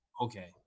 Okay